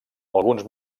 alguns